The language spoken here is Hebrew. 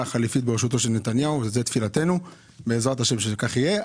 חליפית בראשות נתניהו וזו תפילתנו בעזרת השם שזה יקרה,